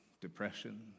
depression